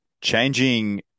changing